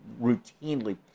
routinely